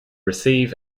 receive